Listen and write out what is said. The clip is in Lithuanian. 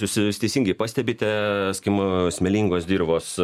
jūs teisingai pastebite sakykim smėlingos dirvos